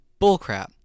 Bullcrap